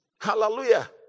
hallelujah